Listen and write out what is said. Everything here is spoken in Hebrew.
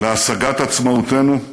להשגת עצמאותנו,